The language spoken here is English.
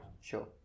Sure